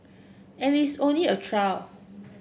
and it's only a trial